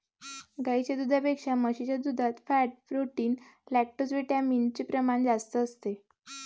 गाईच्या दुधापेक्षा म्हशीच्या दुधात फॅट, प्रोटीन, लैक्टोजविटामिन चे प्रमाण जास्त असते